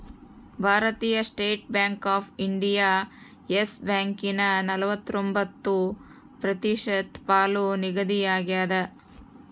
ಭಾರತೀಯ state bank of India Yes ಬ್ಯಾಂಕನ ನಲವತ್ರೊಂಬತ್ತು ಪ್ರತಿಶತ ಪಾಲು ನಿಗದಿಯಾಗ್ಯದ